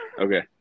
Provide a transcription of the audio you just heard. Okay